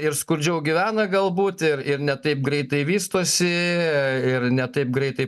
ir skurdžiau gyvena galbūt ir ir ne taip greitai vystosi ir ne taip greitai